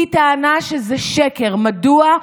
היא טענה שזה שקר, מדוע?